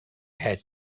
had